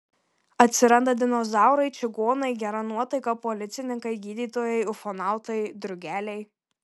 atsiranda dinozaurai čigonai gera nuotaika policininkai gydytojai ufonautai drugeliai